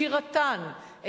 שירתן,